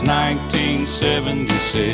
1976